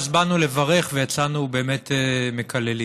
אז באנו לברך ויצאנו באמת מקללים.